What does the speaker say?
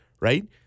Right